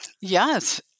yes